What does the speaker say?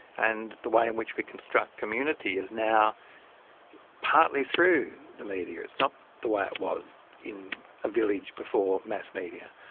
and the way in which we construct community is now partly through the media. it's not the way it was in a village before mass media.